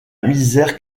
misère